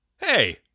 Hey